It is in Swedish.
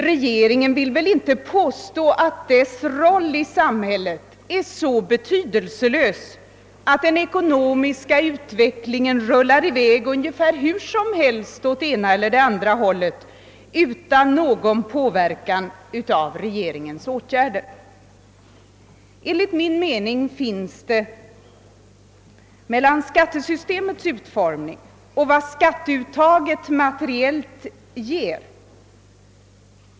Regeringen vill väl inte påstå att dess roll i samhället är så betydelselös att den ekonomiska utvecklingen rullar i väg ungefär hur som helst åt det ena eller andra hållet utan någon påverkan av regeringens åtgärder? Enligt min mening finns det mellan skattesystemets utformning och vad skatteuttaget materiellt ger.